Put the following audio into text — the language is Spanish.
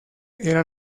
era